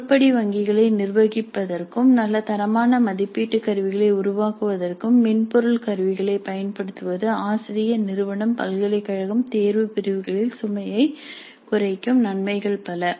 உருப்படி வங்கிகளை நிர்வகிப்பதற்கும் நல்ல தரமான மதிப்பீட்டு கருவிகளை உருவாக்குவதற்கும் மென்பொருள் கருவிகளைப் பயன்படுத்துவது ஆசிரிய நிறுவனம் பல்கலைக்கழகம் தேர்வுப் பிரிவுகளில் சுமையை குறைக்கும் நன்மைகள் பல